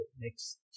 Next